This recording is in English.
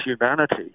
humanity